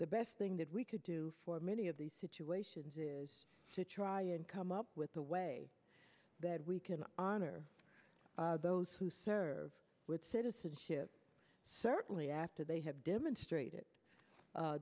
the best thing that we could do for many of these situations is to try and come up with a way that we can honor those who serve with citizenship certainly after they have demonstrated